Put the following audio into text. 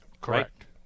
Correct